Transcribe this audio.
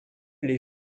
les